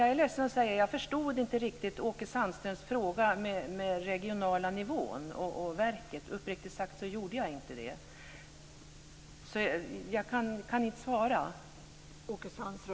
Jag är ledsen att säga det, men jag förstod inte riktigt Åke Sandströms fråga om den regionala nivån och verket. Uppriktigt sagt gjorde jag inte det, så jag kan inte svara.